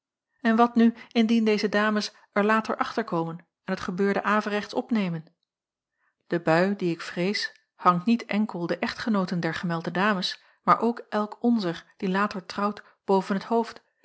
en wat nu indien deze dames er later achterkomen en het gebeurde averechts opnemen de bui die ik vrees hangt niet enkel de echtgenooten der gemelde dames maar ook elk onzer die later trouwt boven t hoofd